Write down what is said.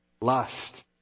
lust